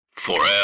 forever